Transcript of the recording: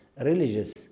religious